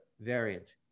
variant